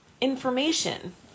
information